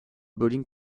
bowling